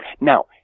Now